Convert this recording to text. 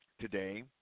today